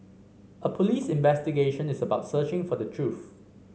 a police investigation is about searching for the truth